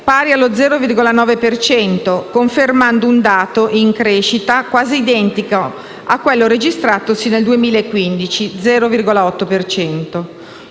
pari allo 0,9 per cento, confermando un dato in crescita quasi identico a quello registratosi nel 2015 (0,8